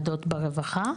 לוועדות ברווחה.